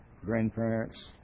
grandparents